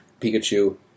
Pikachu